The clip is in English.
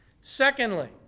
Secondly